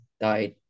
died